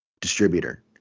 distributor